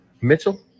Mitchell